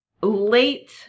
late